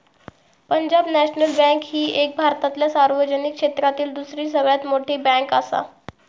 Punjab national bank ही भारतातल्या सार्वजनिक क्षेत्रातली दुसरी सगळ्यात मोठी बँकआसा